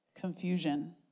confusion